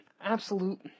absolute